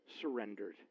surrendered